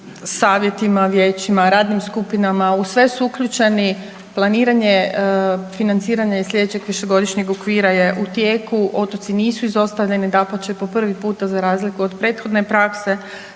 savjetima, vijećima, radnim skupinama u sve su uključeni. Planiranje i financiranje sljedećeg višegodišnjeg okvira je u tijeku, otoci nisu izostavljeni, dapače po prvi puta za razliku od prethodne prakse